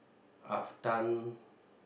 I've done